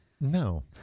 No